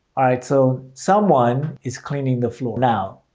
alright, so someone is cleaning the floor now.